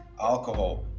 alcohol